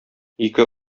ике